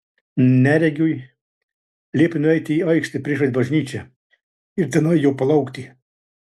neregiui liepė nueiti į aikštę priešais bažnyčią ir tenai jo palaukti